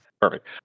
Perfect